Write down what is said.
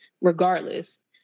regardless